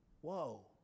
Whoa